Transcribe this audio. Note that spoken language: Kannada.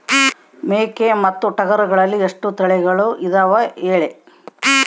ಮೇಕೆ ಮತ್ತು ಟಗರುಗಳಲ್ಲಿ ಎಷ್ಟು ತಳಿಗಳು ಇದಾವ ಹೇಳಿ?